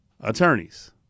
attorneys